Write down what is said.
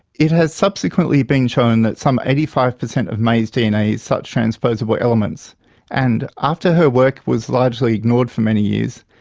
it has subsequently been shown that some eighty five percent of maize dna is such transposable elements and, after her work was largely ignored for many years,